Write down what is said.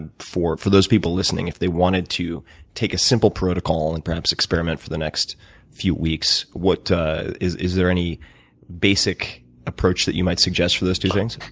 and for for those people listening if they wanted to take a simple protocol, and perhaps experiment for the next few weeks. what is is there any basic approach that you might suggest for those two things?